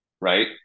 Right